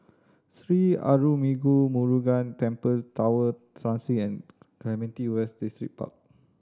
Sri Arulmigu Murugan Temple Tower Transit and Clementi West Distripark